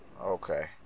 Okay